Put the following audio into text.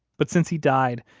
but since he died,